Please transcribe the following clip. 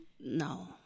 No